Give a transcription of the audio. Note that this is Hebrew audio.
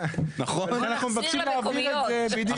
ואנחנו מבקשים להעביר את זה --.